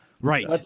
Right